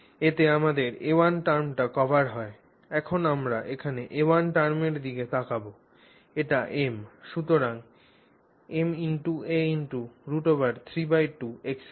এতে আমাদের a1 টার্মটা কভার হয় এখন আমরা এখানে a1 টার্মের দিকে তাকাব এটি m সুতরাং ma √32